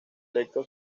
electo